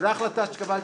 זו החלטה שקיבלתי.